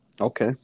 Okay